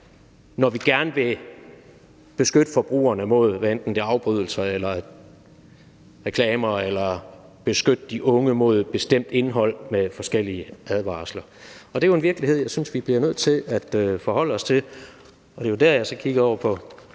når vi gerne vil beskytte forbrugerne imod afbrydelser eller reklamer eller beskytte de unge mod et bestemt indhold med forskellige advarsler. Det er jo en virkelighed, jeg synes vi bliver nødt til at forholde os til, og det var derfor, jeg kiggede over på